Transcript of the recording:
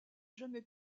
jamais